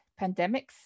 pandemics